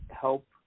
help